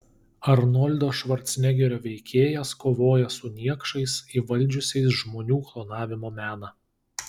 arnoldo švarcnegerio veikėjas kovoja su niekšais įvaldžiusiais žmonių klonavimo meną